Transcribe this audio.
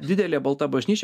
didelė balta bažnyčia